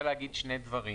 להגיד שני דברים.